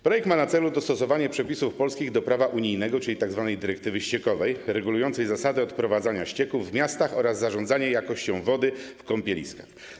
Projekt ma na celu dostosowanie przepisów polskich do prawa unijnego, czyli do tzw. dyrektywy ściekowej, regulującej zasadę odprowadzania ścieków w miastach oraz zarządzanie jakością wody w kąpieliskach.